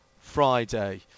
Friday